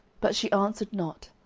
but she answered not,